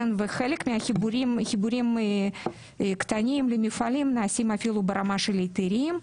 וחלק מהחיבורים הקטנים למפעלים נעשים אפילו ברמה של היתרים.